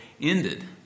ended